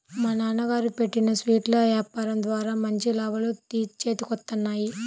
మా నాన్నగారు పెట్టిన స్వీట్ల యాపారం ద్వారా మంచి లాభాలు చేతికొత్తన్నాయి